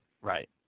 Right